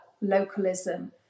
localism